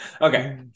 Okay